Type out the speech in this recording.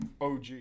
OG